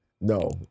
no